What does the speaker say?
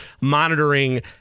monitoring